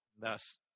thus